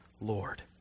Lord